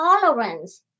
tolerance